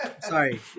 Sorry